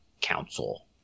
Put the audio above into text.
council